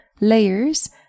layers